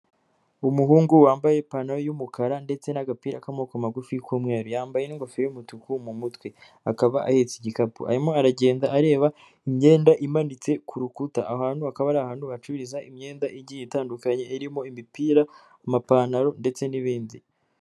Umuhungu wambaye ipantaro y'umukara ndetse n'agapira k'amaboko magufi k'umweru, yambaye n'ingofero y'umutuku mu mutwe akaba ahetse igikapu, arimo aragenda areba imyenda imanitse ku rukuta, aho hantu hakaba ari ahantu bacururiza imyenda igiye itandukanye, irimo imipira, amapantaro ndetse n'ibindi.